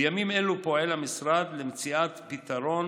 בימים אלו פועל המשרד למציאת פתרון